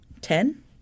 Ten